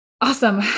awesome